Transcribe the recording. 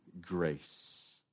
grace